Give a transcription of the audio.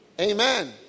Amen